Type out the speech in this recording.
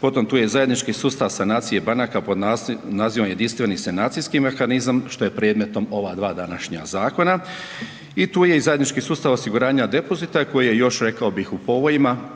potom tu je zajednički sustav sanacije banaka pod nazivom Jedinstveni sanacijski mehanizam što je predmetom ova dva današnja zakona i tu je zajednički sustav osiguranja depozita koji je još rekao bih u povojima